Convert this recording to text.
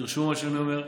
תרשמו את מה שאני אומר.